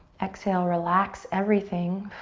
exhale, relax everything.